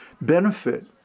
benefit